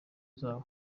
zabo